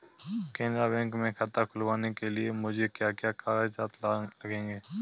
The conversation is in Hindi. केनरा बैंक में खाता खुलवाने के लिए मुझे क्या क्या कागजात लगेंगे?